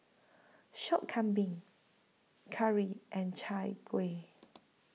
Sop Kambing Curry and Chai Kuih